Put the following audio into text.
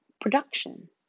production